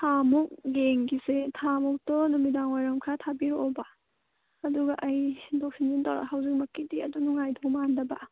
ꯊꯥꯃꯨꯛ ꯌꯦꯡꯈꯤꯁꯦ ꯊꯥꯃꯨꯛꯇꯣ ꯅꯨꯃꯤꯗꯥꯡ ꯋꯥꯏꯔꯝ ꯈꯔ ꯊꯥꯕꯤꯔꯛꯑꯣꯕ ꯑꯗꯨꯒ ꯑꯩ ꯁꯤꯟꯗꯣꯛ ꯁꯤꯟꯖꯤꯟ ꯇꯧꯔ ꯍꯧꯖꯤꯛꯃꯛꯀꯤꯗꯤ ꯑꯗꯨ ꯅꯨꯡꯉꯥꯏꯗꯧ ꯃꯥꯟꯗꯕ